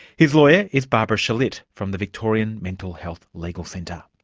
his lawyer is barbara shalit, from the victorian mental health legal centre.